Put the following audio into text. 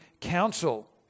council